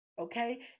Okay